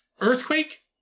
Earthquake